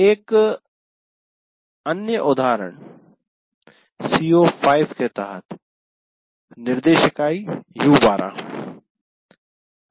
एक अन्य उदाहरण CO5 के तहत निर्देश इकाई U12